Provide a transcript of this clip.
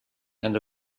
and